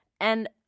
And-